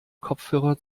kopfhörer